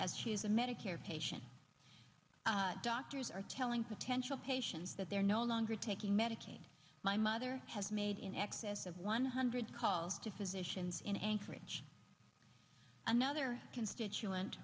as she is a medicare patient doctors are telling potential patients that they are no longer taking medicaid my mother has made in excess of one hundred calls to physicians in anchorage another constituent